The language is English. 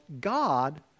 God